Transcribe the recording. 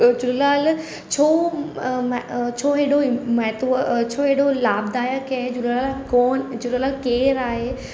झूलेलाल छो छो हेॾो महत्व छो हेॾो लाभदायक आहे झूलेलाल कौन झूलेलाल केरु आहे